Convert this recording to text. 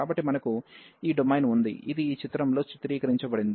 కాబట్టి మనకు ఈ డొమైన్ ఉంది ఇది ఈ చిత్రంలో చిత్రీకరించబడింది